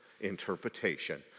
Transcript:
interpretation